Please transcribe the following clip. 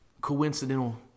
coincidental